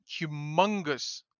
humongous